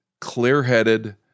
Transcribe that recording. clear-headed